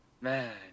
Man